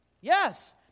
Yes